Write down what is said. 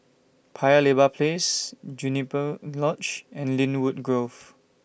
Paya Lebar Place Juniper Lodge and Lynwood Grove